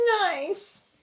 nice